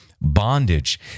bondage